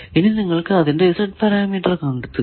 ഇനി നിങ്ങൾ അതിന്റെ Z പാരാമീറ്റർ കണ്ടെത്തുക